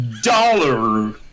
Dollar